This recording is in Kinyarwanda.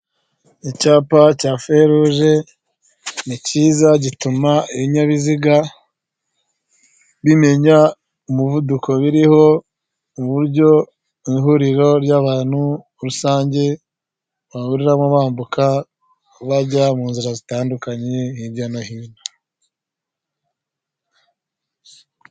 Icyapa cya feruje, nicyiza gituma ibinyabiziga bimenya umuvuduko biriho, uburyo ihuriro ry'abantu rusange bahuriramo bambuka, bajya mu nzira zitandukanye hirya no hino.